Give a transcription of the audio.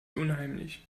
unheimlich